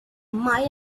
mile